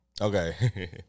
Okay